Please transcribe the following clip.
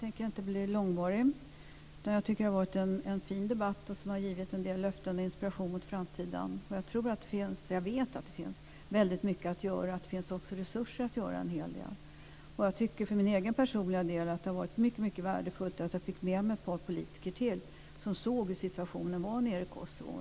Fru talman! Det har varit en fin debatt här som gett en del löften och inspiration för framtiden. Jag vet att det finns väldigt mycket att göra men också att det finns resurser för att göra en hel del. För egen del tycker jag att det var mycket värdefullt att jag fick med mig ett par politiker som såg situationen nere i Kosovo.